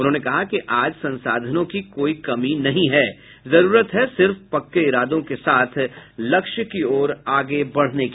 उन्होंने कहा कि आज संसाधनों की कोई कमी नहीं है जरूरत है सिर्फ पक्के इरादों के साथ लक्ष्य की ओर आगे बढ़ने की